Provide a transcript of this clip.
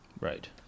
Right